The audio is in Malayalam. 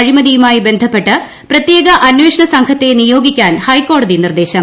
അഴിമതിയുമായി ബന്ധപ്പെട്ട് പ്രത്യേക അന്വേഷണ സംഘത്തെ നിയോഗിക്കാൻ ഹൈക്കോടതി നിർദ്ദേശം